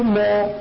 more